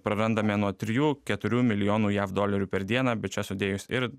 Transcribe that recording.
prarandame nuo trijų keturių milijonų jav dolerių per dieną bet čia sudėjus ir